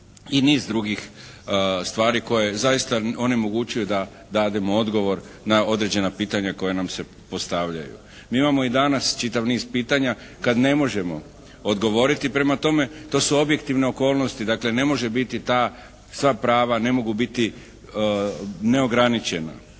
i niz drugih stvari koje zaista onemogućuju da dademo odgovor na određena pitanja koja nam se postavljaju. Mi imamo i danas čitav niz pitanja kad ne možemo odgovoriti. Prema tome, to su objektivne okolnosti. Dakle, ne može biti ta, sva prava ne mogu biti neograničena.